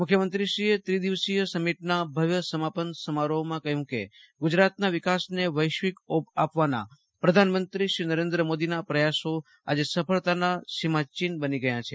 મુખ્યમંત્રીએ ત્રિ દીવસીય સમિટના ભવ્ય સમાપન સમારોહમાં કહયું કે ગુજરાતના વિકાસને વૈશ્વિક ઓપ આપવાના પ્રધાનમંત્રી શ્રી નરેન્દ્ર મોદીના પ્રયાસો આજે સફળતાના સીમાચિન્હ બની ગયા છે